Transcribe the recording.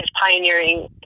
pioneering